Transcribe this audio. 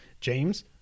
James